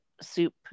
soup